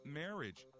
marriage